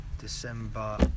December